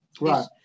Right